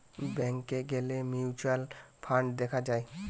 ব্যাংকে গ্যালে mutual fund দেখা যায়